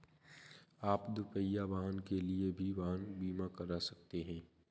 आप दुपहिया वाहन के लिए भी वाहन बीमा करवा सकते हैं